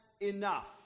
enough